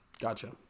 gotcha